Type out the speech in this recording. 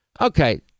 Okay